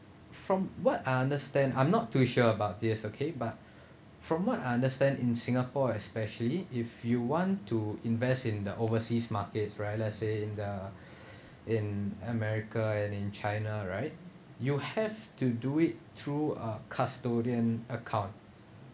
from what I understand I'm not too sure about this okay but from what I understand in singapore especially if you want to invest in the overseas markets right let's say in the in america and in china right you have to do it through a custodian account